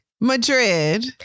Madrid